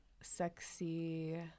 sexy